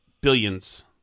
billions